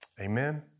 Amen